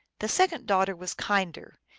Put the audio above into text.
the second daughter was kinder,